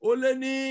Oleni